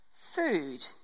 Food